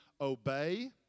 obey